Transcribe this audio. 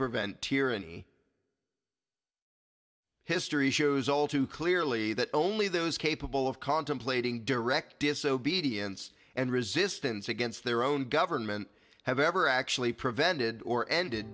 prevent tyranny history shows all too clearly that only those capable of contemplating direct disobedience and resistance against their own government have ever actually prevented or ended